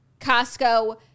Costco